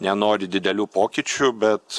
nenori didelių pokyčių bet